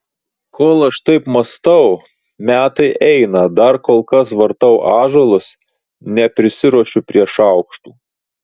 kol aš taip mąstau metai eina dar kol kas vartau ąžuolus neprisiruošiu prie šaukštų